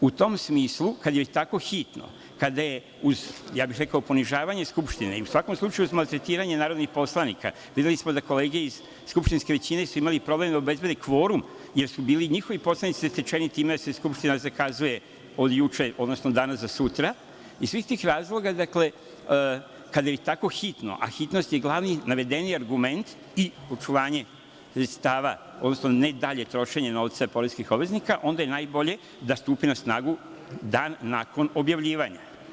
U tom smislu, kad je tako hitno, kada je uz, ja bih rekao ponižavanje Skupštine i u svakom slučaju maltretiranje narodnih poslanika, videli smo da kolege iz skupštinske većine su imale problem da obezbede kvorum, jer su bili njihovi poslanici zatečeni time da se Skupština zakazuje od juče, odnosno danas za sutra, iz svih tih razloga, kada je tako hitno, a hitnost je glavni navedeni argument i očuvanje sredstava, odnosno ne dalje trošenje novca poreskih obveznika, onda je najbolje da stupi na snagu dan nakon objavljivanja.